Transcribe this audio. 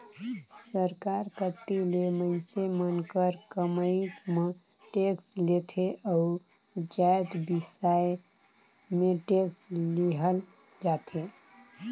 सरकार कती ले मइनसे मन कर कमई म टेक्स लेथे अउ जाएत बिसाए में टेक्स लेहल जाथे